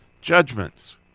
judgments